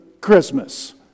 Christmas